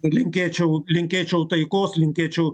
linkėčiau linkėčiau taikos linkėčiau